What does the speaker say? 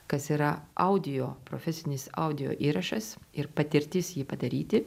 kas yra audio profesinis audio įrašas ir patirtis jį padaryti